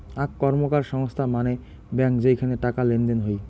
আক র্কমকার সংস্থা মানে ব্যাঙ্ক যেইখানে টাকা লেনদেন হই